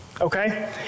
okay